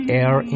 air